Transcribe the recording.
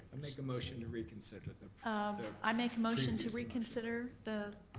um make a motion to reconsider the i make a motion to reconsider the